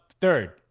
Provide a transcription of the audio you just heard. Third